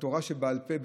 התורה שבעל פה,